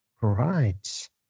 Right